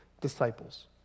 disciples